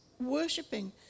worshipping